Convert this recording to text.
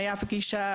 היתה פגישה